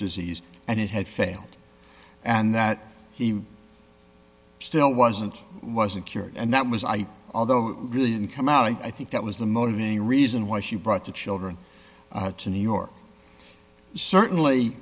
disease and it had failed and that he still wasn't was a cure and that was i although really didn't come out i think that was the motivating reason why she brought the children to new york certainly